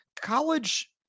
college